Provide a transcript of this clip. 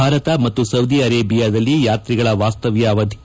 ಭಾರತ ಮತ್ತು ಸೌದಿ ಅರೇಬಿಯಾದಲ್ಲಿ ಯಾತ್ರಿಗಳ ವಾಸ್ತವ್ದ ಅವಧಿ